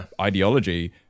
ideology